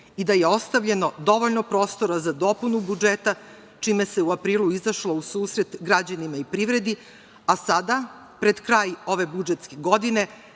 i da je ostavljeno dovoljno prostora za dopunu budžeta čime se u aprilu izašlo u susret građanima i privredi, a sada pred kraj ove budžetske godine